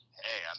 hey